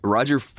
Roger